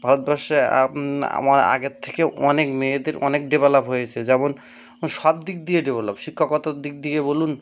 ভারতবর্ষে আমার আগের থেকে অনেক মেয়েদের অনেক ডেভেলপ হয়েছে যেমন সব দিক দিয়ে ডেভেলপ শিক্ষকতার দিক দিয়ে বলুন